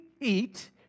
eat